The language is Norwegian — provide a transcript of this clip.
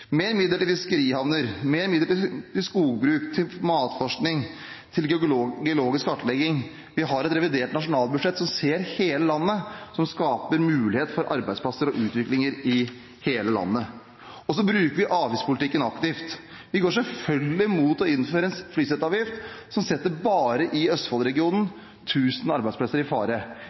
mer midler til fiskerihavner, mer midler til skogbruk, til matforskning og til geologisk kartlegging. Vi har et revidert nasjonalbudsjett som ser hele landet, som skaper muligheter for arbeidsplasser og utvikling i hele landet. Og så bruker vi avgiftspolitikken aktivt. Vi går selvfølgelig mot å innføre en flyseteavgift, som bare i Østfold-regionen setter tusen arbeidsplasser i fare.